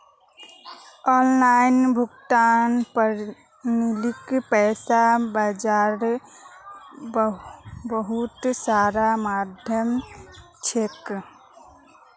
online भुगतान प्रणालीक पैसा बाजारेर बहुत सारा माध्यम छेक